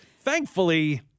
Thankfully